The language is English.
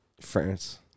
France